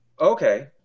Okay